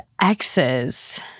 exes